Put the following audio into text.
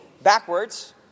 backwards